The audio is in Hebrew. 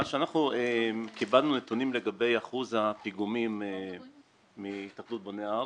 אנחנו קיבלנו נתונים לגבי אחוז הפיגומים מהתאחדות בוני הארץ.